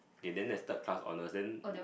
okay then there's third class honours then